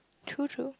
true true